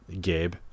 Gabe